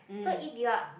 so if you are